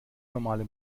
normale